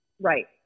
right